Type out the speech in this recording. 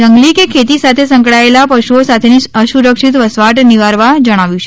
જંગલી કે ખેતી સાથે સંકળાયેલા પશુઓ સાથેની અસુરક્ષિત વસવાટ નીવારવા જણાવ્યું છે